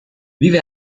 vive